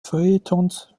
feuilletons